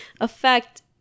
affect